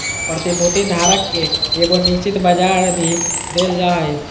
प्रतिभूति धारक के एगो निश्चित ब्याज भी देल जा हइ